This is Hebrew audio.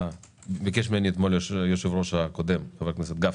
ביקש ממני אתמול היו"ר הקודם, חה"כ גפני,